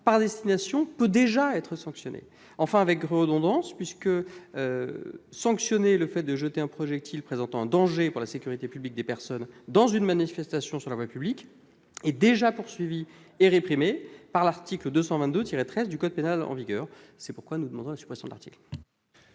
par destination peut déjà être sanctionné. C'est redondant, car on propose de sanctionner le fait de jeter un projectile présentant un danger pour la sécurité publique des personnes dans une manifestation sur la voie publique, alors que cet acte est poursuivi et réprimé par l'article 222-13 du code pénal en vigueur. C'est pourquoi nous demandons la suppression de cet article.